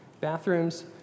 bathrooms